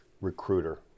recruiter